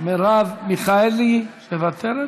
מרב מיכאלי, מוותרת?